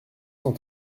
cent